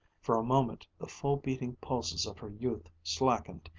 for a moment the full-beating pulses of her youth slackened,